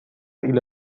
إلى